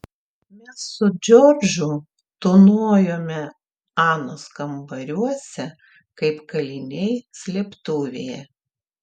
mes su džordžu tūnojome anos kambariuose kaip kaliniai slėptuvėje